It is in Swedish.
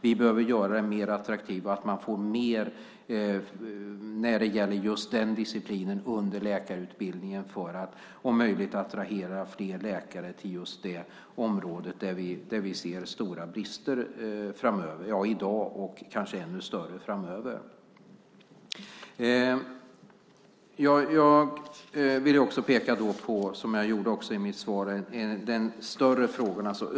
Vi behöver göra området mer attraktivt och se till att man får mer under läkarutbildningen när det gäller just den här disciplinen just för att om möjligt attrahera fler läkare till det område där vi i dag ser stora brister och där vi framöver kanske ser ännu större brister. Jag vill också, som jag gjorde i mitt svar, peka på de större frågorna.